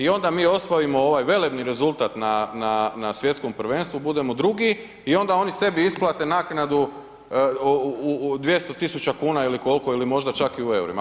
I onda mi osvojimo ovaj velebni rezultata na Svjetskom prvenstvu, budemo drugi i onda oni sebi isplate naknadu 200.000 kuna ili koliko ili možda čak i u EUR-ima.